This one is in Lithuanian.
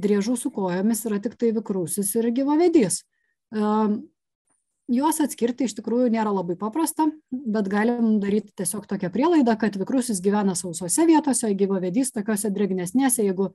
driežų su kojomis yra tiktai vikrusis ir gyvavevedys juos atskirti iš tikrųjų nėra labai paprasta bet galim daryt tiesiog tokią prielaidą kad vikrusis gyvena sausose vietose o gyvavedys tokiose drėgnesnėse jeigu